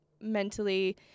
mentally